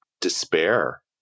despair